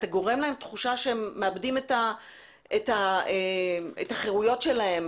אתה גורם להם תחושה שהם מאבדים את החירויות שלה,